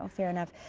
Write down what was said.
ah fair enough.